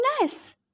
nice